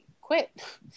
quit